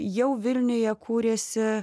jau vilniuje kūrėsi